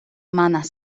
mana